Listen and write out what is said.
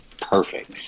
perfect